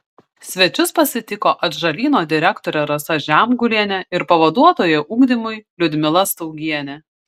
svečius pasitiko atžalyno direktorė rasa žemgulienė ir pavaduotoja ugdymui liudmila staugienė